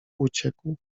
uciekł